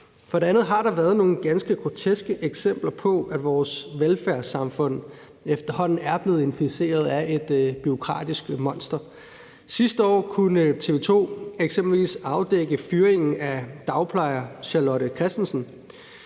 For det andet har der været nogle ganske groteske eksempler på, at vores velfærdssamfund efterhånden er blevet inficeret af et bureaukratisk monster. Sidste år kunne TV 2 eksempelvis afdække fyringen af dagplejer Charlotte Christensen,